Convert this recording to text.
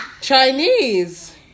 Chinese